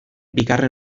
bigarren